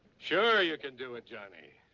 sure you can do it, johnny.